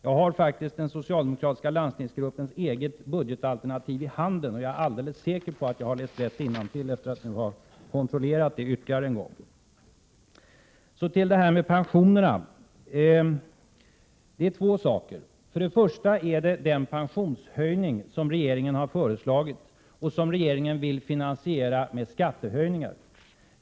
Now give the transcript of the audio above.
Jag har faktiskt den socialdemokratiska landstingsgruppens eget budgetalternativ i handen, och jag är alldeles säker på att jag har läst innantill efter att ha kontrollerat det ytterligare en gång. Så till det här med pensionerna. Här rör det sig om två saker. Först har vi den pensionshöjning som regeringen har föreslagit och som regeringen vill finansiera med skattehöjningar.